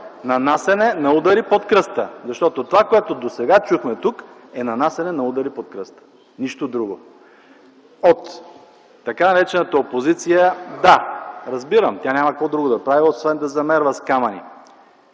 нанасяне на удари под кръста. Защото това, което досега чухме тук, е нанасяне на удари под кръста, нищо друго. От така наречената опозиция – да, разбирам. Тя няма какво друго да прави освен да замерва с камъни.